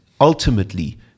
ultimately